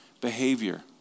behavior